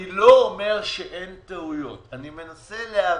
אני לא אומר שאין טעויות, אני מנסה להבהיר,